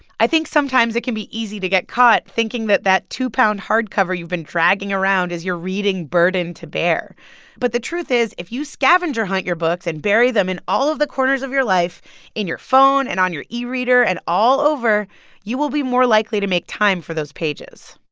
i think sometimes it can be easy to get caught thinking that that two-pound hardcover you've been dragging around is your reading burden to bear but the truth is, if you scavenger hunt your books and bury them in all of the corners of your life in your phone and on your e-reader and all over you will be more likely to make time for those pages